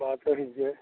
वहाँ पर भी छै